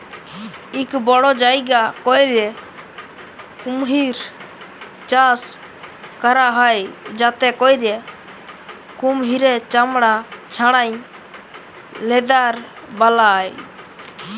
ইক বড় জায়গা ক্যইরে কুমহির চাষ ক্যরা হ্যয় যাতে ক্যইরে কুমহিরের চামড়া ছাড়াঁয় লেদার বালায়